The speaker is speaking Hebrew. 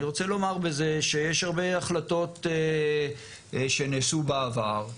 אני רוצה לומר בזה שיש הרבה החלטות שנעשו בעבר,